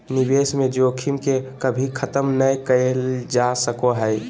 निवेश में जोखिम के कभी खत्म नय कइल जा सको हइ